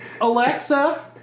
Alexa